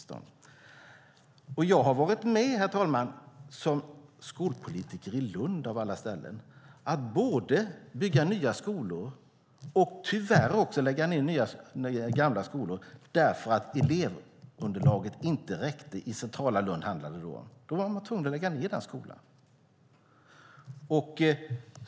Som skolpolitiker i Lund av alla ställen har jag, herr talman, varit med om att både bygga nya skolor och tyvärr också lägga ned gamla skolor därför att elevunderlaget inte räckte. Det handlar om centrala Lund. Man var tvungen att lägga ned skolan.